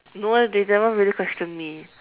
no eh they never really question me